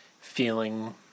feeling